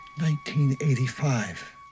1985